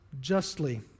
justly